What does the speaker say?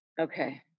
okay